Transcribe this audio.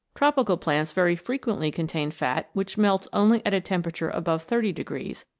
tropical plants very frequently contain fat which melts only at a temperature above thirty degrees,